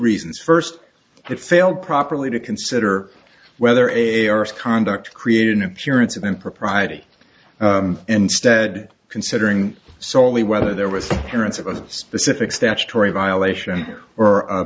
reasons first it failed properly to consider whether a conduct created an appearance of impropriety instead considering solely whether there was a parent's of a specific statutory violation or a